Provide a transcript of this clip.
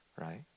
Right